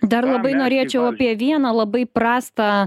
dar labai norėčiau apie vieną labai prastą